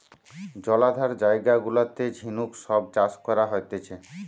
জলাধার জায়গা গুলাতে ঝিনুক সব চাষ করা হতিছে